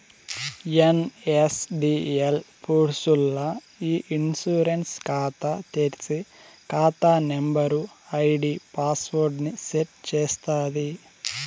NSDL పూర్స్ ల్ల ఇ ఇన్సూరెన్స్ కాతా తెర్సి, కాతా నంబరు, ఐడీ పాస్వర్డ్ ని సెట్ చేస్తాది